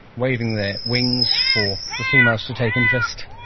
waving their wings for the females to take interest,